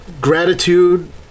gratitude